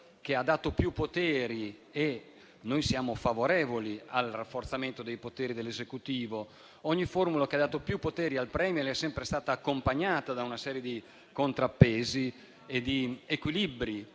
però, questa cosa. Noi siamo favorevoli al rafforzamento dei poteri dell'Esecutivo, ma ogni formula che ha dato più poteri al *Premier* è sempre stata accompagnata da una serie di contrappesi e di equilibri